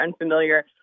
unfamiliar